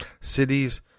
cities